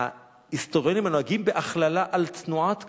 "ההיסטוריונים הנוהגים בהכללה על תנועת קנאים".